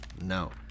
No